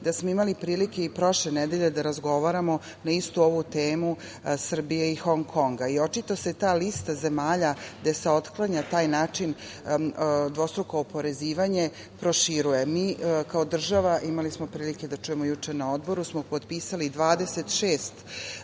da smo imali prilike i prošle nedelje da razgovaramo na istu ovu temu Srbije i Hong Konga i očito se ta lista zemalja, gde se otklanja taj način dvostruko oporezivanje, proširuje. Mi kao država, imali smo prilike da čujemo juče na Odboru, smo potpisali 26